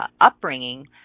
upbringing